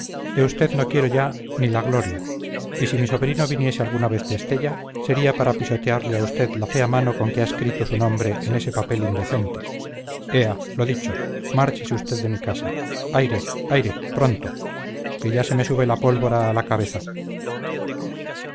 de usted no quiero ya ni la gloria y si mi sobrino viniese alguna vez de estella sería para pisotearle a usted la fea mano con que ha escrito su nombre en ese papel indecente ea lo dicho márchese usted de mi casa aire aire pronto que ya se me sube la pólvora a la cabeza